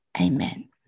amen